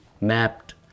mapped